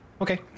Okay